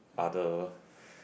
other